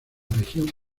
región